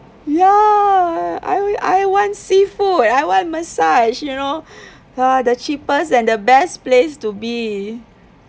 ya I I want seafood I want massage you know uh the cheapest and the best place to be